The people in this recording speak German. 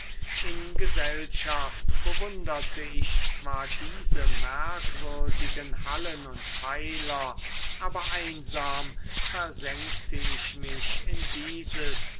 in gesellschaft bewunderte ich zwar diese merkwürdigen hallen und pfeiler aber einsam versenkte ich mich in dieses